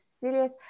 serious